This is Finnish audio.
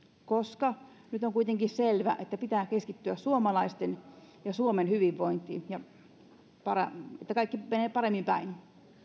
koska nyt on kuitenkin selvää että pitää keskittyä suomalaisten ja suomen hyvinvointiin että kaikki menee paremmin päin